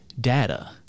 data